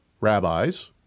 rabbis